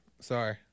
Sorry